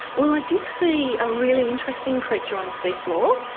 well, i did see a really interesting creature on the seafloor.